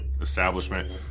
establishment